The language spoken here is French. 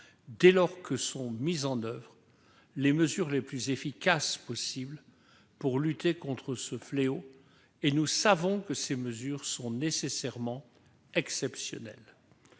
dès lors que sont mises en oeuvre les mesures les plus efficaces possible pour lutter contre ce fléau. Nous savons que ces mesures sont nécessairement exceptionnelles.